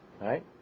Right